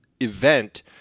event